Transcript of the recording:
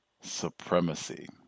Supremacy